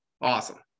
awesome